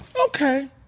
Okay